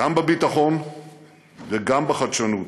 גם בביטחון וגם בחדשנות,